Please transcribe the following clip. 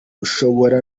ushobora